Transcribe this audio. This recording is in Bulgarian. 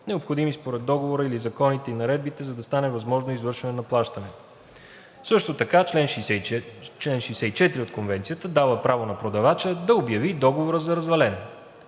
необходими според Договора или законите и наредбите, за да стане възможно извършване на плащането. Също така чл. 64 от Конвенцията дава право на продавача да обяви договора за развален: